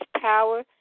power